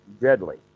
deadly